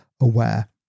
aware